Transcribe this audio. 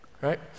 right